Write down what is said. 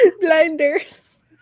blinders